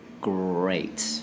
great